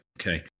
okay